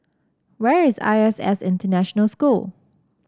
where is I S S International School